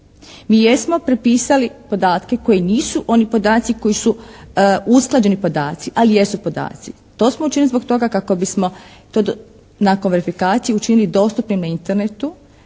Mi jesmo prepisali podatke koji nisu oni podaci koji su usklađeni podaci, ali jesu podaci. To smo učinili zbog toga kako bismo to nakon verifikacije učinili dostupnima Internetu